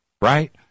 right